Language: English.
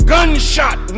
Gunshot